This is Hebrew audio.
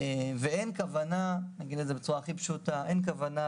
אני אגיד את זה בצורה הכי פשוטה: אין כוונה,